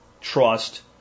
trust